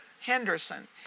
Henderson